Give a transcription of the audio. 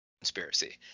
conspiracy